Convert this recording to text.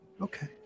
Okay